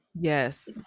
yes